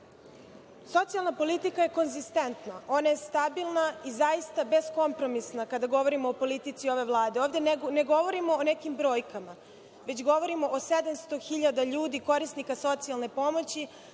redu. Socijalna politika je konzistentna, ona je stabilna i zaista bezkompromisna, kada govorimo o politici ove Vlade. Ovde ne govorimo o nekim brojkama, već govorimo o 700 hiljada ljudi, korisnika socijalne pomoći,